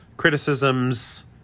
Criticisms